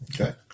Okay